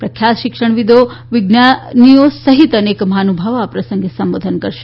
પ્રખ્યાત શિક્ષણવિદો વિજ્ઞાનીઓ સહિત અનેક મહાનુભાવો આ પ્રસંગે સંબોધન કરશે